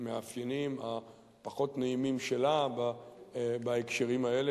המאפיינים הפחות נעימים שלה בהקשרים האלה,